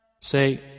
Say